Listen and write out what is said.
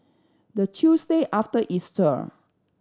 the Tuesday after Easter